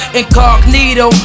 Incognito